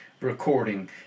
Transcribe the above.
recording